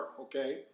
okay